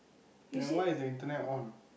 then why is the Internet on